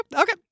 okay